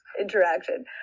interaction